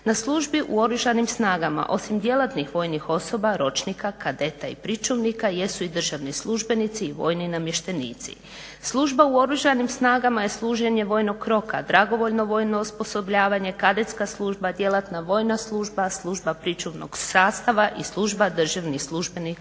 Na službi u Oružanim snagama osim djelatnih vojnih osoba, ročnika, kadeta i pričuvnika jesu i državni službenici i vojni namještenici. Služba u Oružanim snagama je služenje vojnog roka, dragovoljno vojno osposobljavanje, kadetska služba, djelatna vojna služba, služba pričuvnog sastava i služba državnih službenika